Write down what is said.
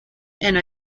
and